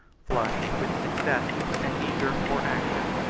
flushed with success, and eager for action.